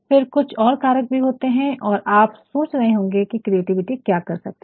फिर कुछ और कारक भी होते हैं और आप सोच रहे होंगे कि क्रिएटिविटी क्या कर सकती हैं